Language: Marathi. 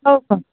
हो का